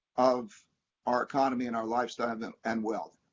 of our economy and our lifestyle and wealth.